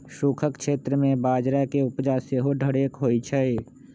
सूखक क्षेत्र में बजरा के उपजा सेहो ढेरेक होइ छइ